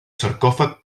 sarcòfag